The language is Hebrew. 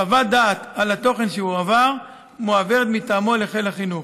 חוות דעת על התוכן שהועבר מועברת מטעמו לחיל החינוך.